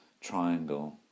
triangle